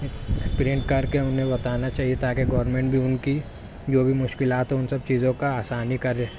print کر کے انہیں بتانا چاہیے تاکہ گورنمنٹ بھی ان کی جو بھی مشکلات ہوں ان سب چیزوں کا آسانی کرے